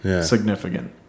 significant